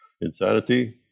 insanity